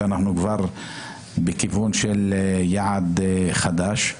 ואנחנו כבר בכיוון של יעד חדש.